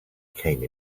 came